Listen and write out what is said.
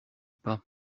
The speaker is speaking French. pas